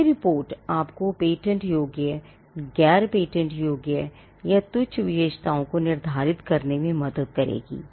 यह रिपोर्ट आपको पेटेंट योग्यगैर पेटेंट योग्य या तुच्छ विशेष्ताओं को निर्धारित करने में मदद करेगी